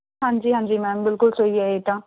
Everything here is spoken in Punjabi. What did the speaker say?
ਹਾਂਜੀ ਹਾਂਜੀ ਮੈਮ ਬਿਲਕੁਲ ਸਹੀ ਹੈ ਇਹ ਤਾਂ